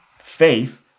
faith